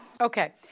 Okay